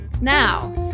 now